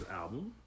album